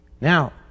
Now